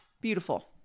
Beautiful